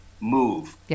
Move